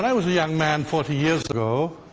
was a young man, forty years ago,